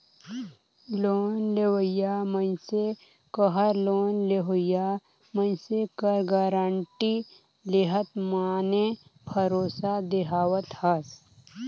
loan लेवइया मइनसे कहर लोन लेहोइया मइनसे कर गारंटी लेहत माने भरोसा देहावत हस